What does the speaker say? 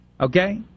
okay